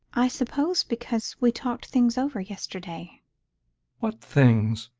i suppose because we talked things over yesterday what things?